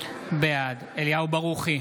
בעד אליהו ברוכי,